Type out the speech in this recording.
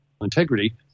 integrity